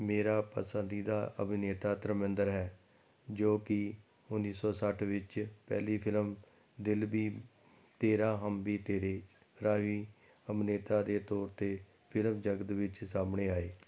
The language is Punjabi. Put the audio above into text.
ਮੇਰਾ ਪਸੰਦੀਦਾ ਅਭਿਨੇਤਾ ਧਰਮਿੰਦਰ ਹੈ ਜੋ ਕਿ ਉੱਨੀ ਸੌ ਸੱਠ ਵਿੱਚ ਪਹਿਲੀ ਫਿਲਮ ਦਿਲ ਵੀ ਤੇਰਾ ਹਮ ਵੀ ਤੇਰੇ ਰਾਹੀਂ ਅਭਿਨੇਤਾ ਦੇ ਤੌਰ 'ਤੇ ਫਿਲਮ ਜਗਤ ਵਿੱਚ ਸਾਹਮਣੇ ਆਏ